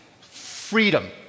freedom